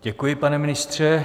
Děkuji, pane ministře.